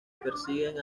persiguen